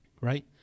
right